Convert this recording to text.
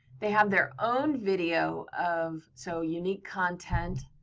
they have their own video of, so unique content.